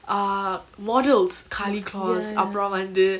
err models karlie kloss அப்ரோ வந்து:apro vanthu